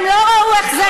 הם לא ראו איך זה נראה.